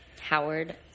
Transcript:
howard